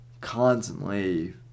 constantly